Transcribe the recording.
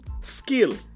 skill